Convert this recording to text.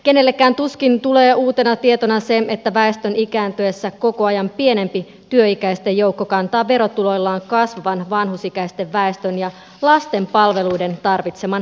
kenellekään tuskin tulee uutena tietona se että väestön ikääntyessä koko ajan pienempi työikäisten joukko kantaa verotuloillaan kasvavan vanhusikäisen väestön ja lasten palveluiden tarvitseman rahoituksen